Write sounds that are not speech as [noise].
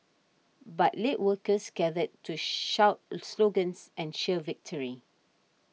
but later workers gathered to shout [noise] slogans and cheer victory